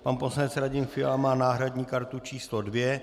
Pan poslanec Radim Fiala má náhradní kartu číslo 2.